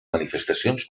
manifestacions